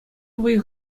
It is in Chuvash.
вӑй